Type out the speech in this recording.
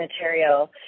material